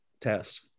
test